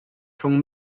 rhwng